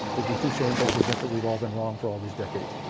it'd be too shameful to admit that we've all been wrong for all these decades.